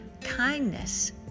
kindness